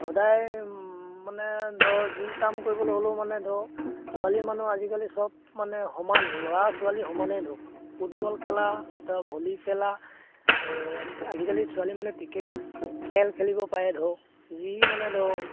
সদায় মানে ধৰক যি কাম কৰিবলৈ হ'লেও মানে ধৰক ছোৱালী মানুহ আজিকালি চব মানে সমান ল'ৰা ছোৱালী সমানেই ধৰক ফুটবল খেলা বা ভলী খেলা এই আজিকালি ছোৱালী মানুহে ক্ৰিকেটো খেল খেলিব পাৰে ধৰক যি মানে ধৰক